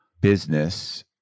business